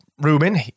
Ruben